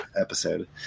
episode